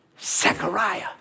Zechariah